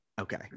Okay